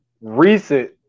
recent